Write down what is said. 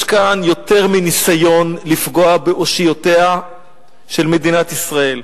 יש כאן יותר מניסיון לפגוע באושיותיה של מדינת ישראל.